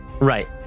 Right